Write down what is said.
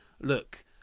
look